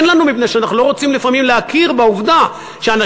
אין לנו מבנה כי אנחנו לא רוצים לפעמים להכיר בעובדה שאנשים